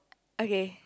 okay